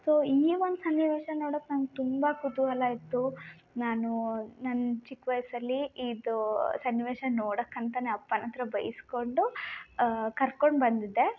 so ಈ ಒಂದು ಸನ್ನಿವೇಶ ನೋಡೋಕೆ ನಂಗೆ ತುಂಬ ಕುತೂಹಲ ಇತ್ತು ನಾನು ನನ್ನ ಚಿಕ್ಕ ವಯಸ್ಸಲ್ಲಿ ಇದು ಸನ್ನಿವೇಶ ನೋಡೋಕೆ ಅಂತ ಅಪ್ಪನ ಹತ್ರ ಬೈಸ್ಕೊಂಡು ಕರ್ಕೊಂಡು ಬಂದಿದ್ದೆ